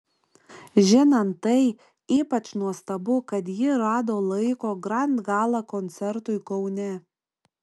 žinant tai ypač nuostabu kad ji rado laiko grand gala koncertui kaune